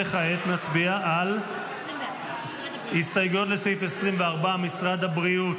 וכעת נצביע על הסתייגויות לסעיף 24, משרד הבריאות.